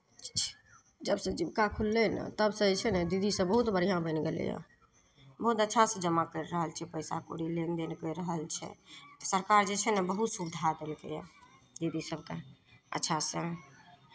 जबसँ जीविका खुललै हइ ने तबसँ जे छै ने दीदीसभ बहुत बढ़िआँ बनि गेलै हइ बहुत अच्छासँ जमा करि रहल छै पैसा कौड़ी लेनदेन कए रहल छै सरकार जे छै ने बहुत सुविधा देलकै हइ दीदी सभकेँ अच्छासँ